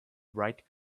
bright